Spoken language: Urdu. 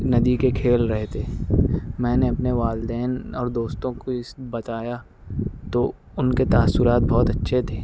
ندی کے کھیل رہے تھے میں نے اپنے والدین اور دوستوں کو اس بتایا تو ان کے تاثرات بہت اچھے تھے